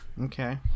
Okay